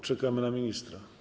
Czekamy na ministra.